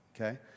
Okay